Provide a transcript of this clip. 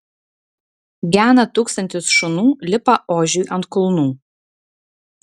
gena tūkstantis šunų lipa ožiui ant kulnų